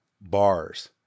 bars